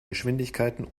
geschwindigkeiten